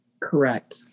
Correct